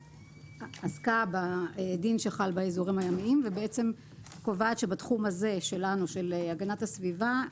שעסקה בדין שחל באזורים הימיים וקובעת שבתחום הזה של הגנת הסביבה,